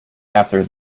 after